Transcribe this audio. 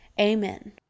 Amen